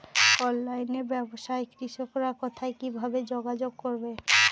অনলাইনে ব্যবসায় কৃষকরা কোথায় কিভাবে যোগাযোগ করবে?